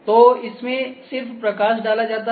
तोइसमें सिर्फ प्रकाश डाला जाता है